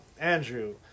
Andrew